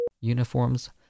uniforms